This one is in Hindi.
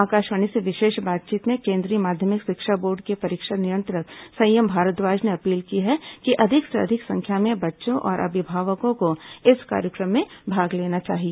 आकाशवाणी से विशेष बातचीत में केन्द्रीय माध्यमिक शिक्षा बोर्डे के परीक्षा नियंत्रक संयम भारद्वाज ने अपील की है कि अधिक से अधिक संख्या में बच्चों और अभिभावकों को इस कार्यक्रम में भाग लेना चाहिए